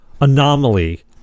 anomaly